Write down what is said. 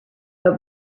but